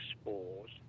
spores